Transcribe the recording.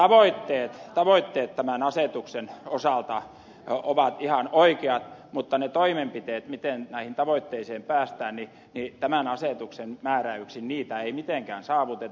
siis tavoitteet tämän asetuksen osalta ovat ihan oikeat mutta niillä toimenpiteillä miten näihin tavoitteisiin tämän asetuksen määräyksien mukaan päästään ei tavoitteita mitenkään saavuteta